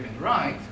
right